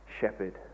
shepherd